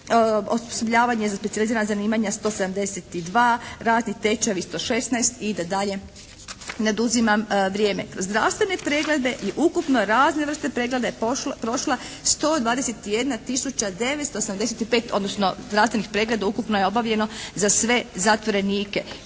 osposobljavanje za specijalizirana zanimanja 172, razni tečajevi 116 i da dalje ne oduzimam vrijeme. Kroz zdravstvene preglede i ukupno razne vrste pregleda je prošla 121 tisuća 985, odnosno zdravstvenih pregleda ukupno je obavljeno za sve zatvorenike.